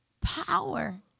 power